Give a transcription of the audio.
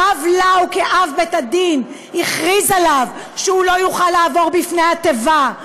הרב לאו כאב בית-הדין הכריז עליו שהוא לא יוכל לעבור לפני התיבה,